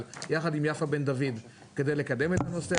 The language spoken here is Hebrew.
יחד עם יפה בן דוד כדי לקדם את הנושא הזה.